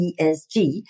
ESG